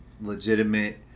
legitimate –